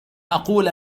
أقول